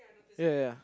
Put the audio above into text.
ya ya ya